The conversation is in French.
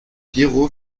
piero